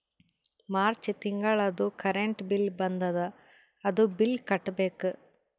March ತಿಂಗಳದೂ current bill ಬಂದದ, ಅದೂ ಬಿಲ್ ಕಟ್ಟಬೇಕ್